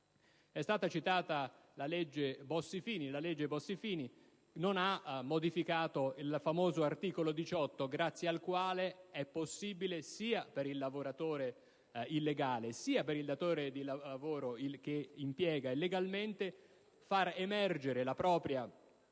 È stata citata la legge Bossi-Fini, di cui non è stato modificato il famoso articolo 18, grazie al quale è possibile, sia per il lavoratore illegale sia per il datore di lavoro che impiega illegalmente, far emergere la